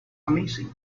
amazing